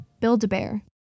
Build-A-Bear